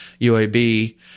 UAB